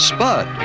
Spud